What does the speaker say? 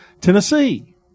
Tennessee